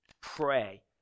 pray